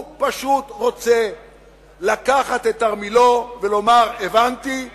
הוא פשוט רוצה לקחת את תרמילו ולומר: הבנתי,